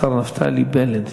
השר נפתלי בנט.